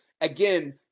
again